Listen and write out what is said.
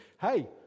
hey